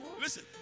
Listen